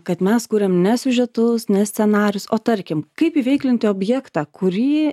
kad mes kuriam ne siužetus ne scenarijus o tarkim kaip įveiklinti objektą kurį